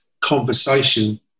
conversation